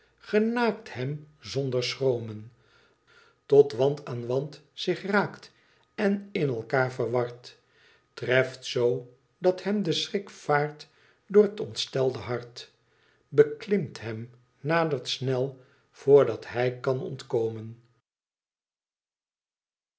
genaakt hem zonder schroomen tot want aan want zich raakt en in elkaar verwart treft z dat hem de schrik vaart door t ontstelde hart beklimt hem nadert snel voor dat hij kan ontkomen